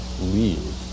leave